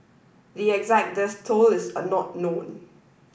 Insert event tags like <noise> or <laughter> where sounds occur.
the exact death toll is <hesitation> not known